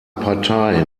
partei